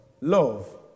Love